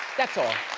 that's all.